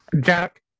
Jack